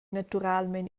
naturalmein